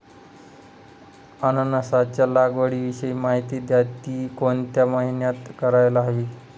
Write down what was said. अननसाच्या लागवडीविषयी माहिती द्या, ति कोणत्या महिन्यात करायला हवी?